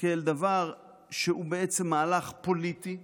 כאל דבר שהוא מהלך פוליטי.